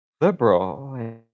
liberal